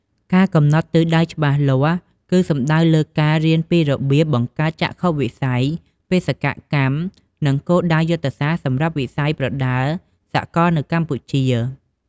ការកំណត់ទិសដៅច្បាស់លាស់គឺសំដៅលើការ រៀនពីរបៀបបង្កើតចក្ខុវិស័យ បេសកកម្ម និងគោលដៅយុទ្ធសាស្ត្រសម្រាប់វិស័យប្រដាល់សកលនៅកម្ពុជា។